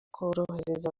korohereza